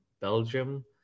Belgium